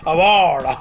Award